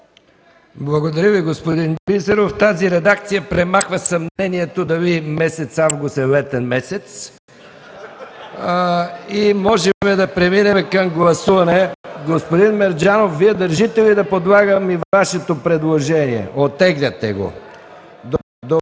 Благодаря Ви, господин Бисеров. Тази редакция премахва съмнението дали месец август е летен месец. (Смях.) И можем да преминем към гласуване. Господин Мерджанов, държите ли да подлагам на гласуване и Вашето